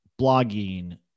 blogging